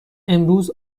امروز